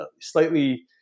slightly